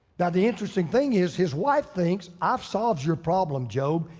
now the interesting thing is, his wife thinks i've solved your problem job,